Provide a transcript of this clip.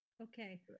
Okay